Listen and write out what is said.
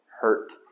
hurt